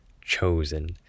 chosen